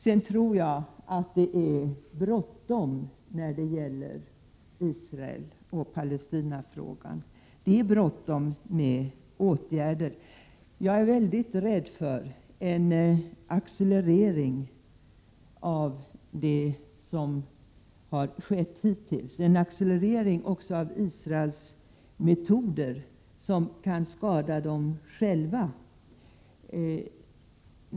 Sedan tror jag att det är bråttom när det gäller Israel och Palestinafrågan. Det är bråttom med åtgärder. Jag är väldigt rädd för en accelerering när det gäller Israels metoder, som kan skada dem själva.